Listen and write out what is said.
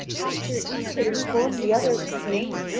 after each had informed the other of his name,